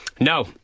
No